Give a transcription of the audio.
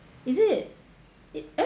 is it it eh